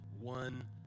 one